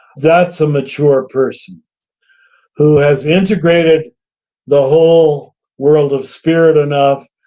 that's a mature person who has integrated the whole world of spirit enough,